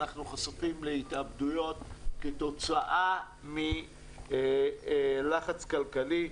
אנחנו חשופים להתאבדויות כתוצאה מלחץ כלכלי.